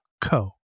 co